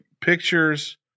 pictures